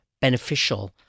beneficial